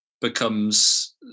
becomes